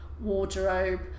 wardrobe